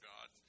God